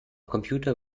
computer